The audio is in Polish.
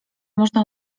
można